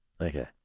Okay